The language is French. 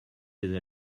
des